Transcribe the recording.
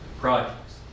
projects